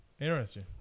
Interesting